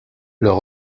leur